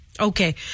Okay